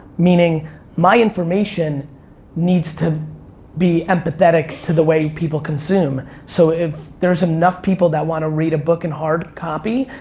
meaning my information needs to be empathetic to the way people consume. so, if there's enough people that want to read a book in hard copy,